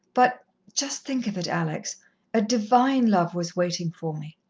but just think of it, alex a divine love was waiting for me.